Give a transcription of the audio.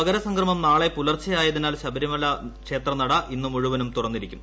മകരസംക്രമം നാളെ പുലർച്ചെ ആയതിനാൽ ശബരിമല ക്ഷേത്രനട ഇന്ന് മുഴുവൻ തുറന്നിരിക്കും